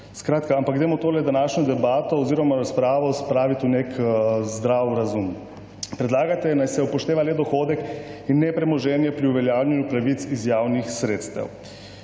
Skratka, ampak dajmo tole današnjo debato oziroma razpravo spraviti v nek zdrav razum. Predlagate naj se upošteva le dohodek in ne premoženje pri uveljavljanju pravic iz javnih sredstev.